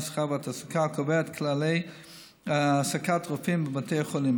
המסחר והתעסוקה הקובע את כללי העסקת רופאים בבתי החולים.